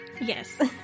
Yes